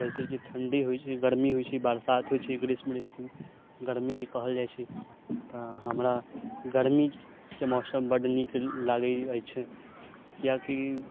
जैसेकि ठंडे होइ छै गरमी होइ छै बरसात होइ छै ग्रीष्म ऋतु गरमी जे कहल जाइ छै तऽ हमरा गरमी के मौसम बड नीक लागै अछि कियाकि